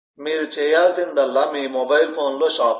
మీరు చేయాల్సిందల్లా మీ మొబైల్ ఫోన్లో షాపింగ్